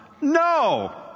No